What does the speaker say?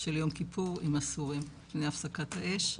של יום כיפור עם הסורים, לפני הפסקת האש.